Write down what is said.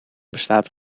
bestaat